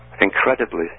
incredibly